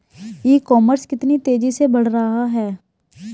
ई commerce कितनी तेजी से बढ़ रहा है?